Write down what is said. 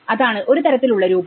അതാണ് ഒരു തരത്തിൽ ഉള്ള രൂപം